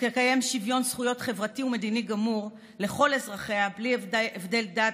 "שתקיים שוויון זכויות חברתי ומדיני גמור לכל אזרחיה בלי הבדל דת,